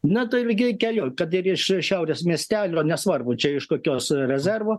na taipgi keliu kad ir iš šiaurės miestelio nesvarbu čia iš kokios rezervo